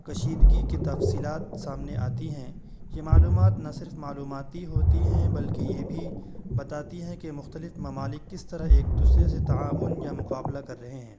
کشیدگی کی تفصیلات سامنے آتی ہیں یہ معلومات نہ صرف معلوماتی ہوتی ہیں بلکہ یہ بھی بتاتی ہیں کہ مختلف ممالک کس طرح ایک دوسرے سے تعاون یا مقابلہ کر رہے ہیں